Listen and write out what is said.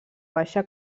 baixa